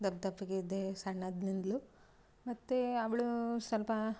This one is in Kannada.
ದಪ್ಪ ದಪ್ಪಗೆ ಇದ್ದೆ ಸಣ್ಣದ್ನಿಂದಲು ಮತ್ತು ಅವಳು ಸ್ವಲ್ಪ